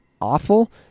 awful